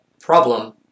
problem